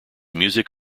music